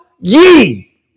ye